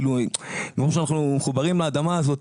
מרוב שאנחנו מחוברים לאדמה הזאת